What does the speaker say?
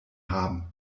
haben